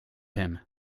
him